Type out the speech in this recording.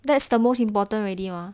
that's the most important already mah